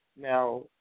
Now